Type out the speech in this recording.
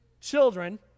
children